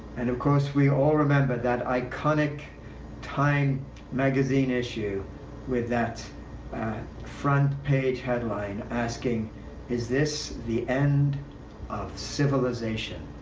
and of course, we all remember that iconic time magazine issue with that front page headline asking is this the end of civilization?